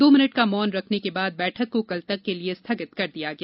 दो मिनट का मौन रखने के बाद बैठक को कल तक के लिए स्थगित कर दिया गया